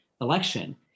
election